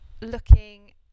looking